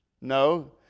No